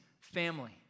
family